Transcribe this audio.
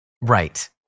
Right